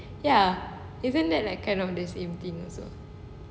ya isn't that like kind of the same thing also